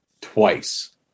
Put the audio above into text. twice